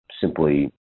simply